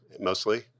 mostly